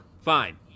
Fine